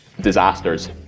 disasters